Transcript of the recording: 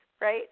right